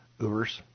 Ubers